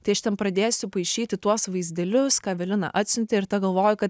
tai aš ten pradėsiu paišyti tuos vaizdelius ką evelina atsiuntė ir ta galvoju kad